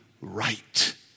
right